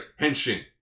Henshin